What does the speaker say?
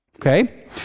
Okay